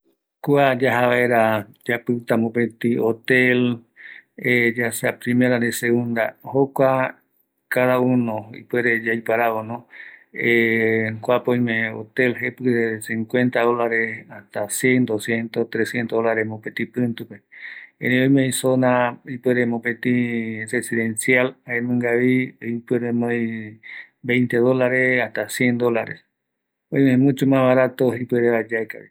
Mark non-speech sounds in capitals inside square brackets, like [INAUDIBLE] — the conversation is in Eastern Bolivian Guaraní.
﻿Kua yaja vaera yapita mopeti hotel [HESITATION] ya sea primera ani segunda, jokua cada uno ipuere yaiparavono [HESITATION] kuape oime hotel jepigue cincuetan dolares, hasata cien, docientos, trecientos dolares mopeti pitupe erei oimevi zona, ipuere mopeti residencial, jaenungavi, ipuere anoi veite dolares, hasta cien dolares, oime muchos mas barato, ipuere vaera yaeka